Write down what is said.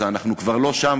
אנחנו כבר לא שם.